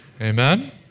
Amen